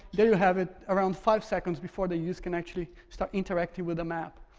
there you have it around five seconds before the user can actually start interacting with the map.